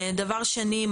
דבר שני,